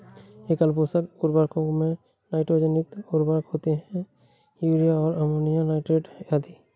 एकल पोषक उर्वरकों में नाइट्रोजन युक्त उर्वरक होते है, यूरिया और अमोनियम नाइट्रेट आदि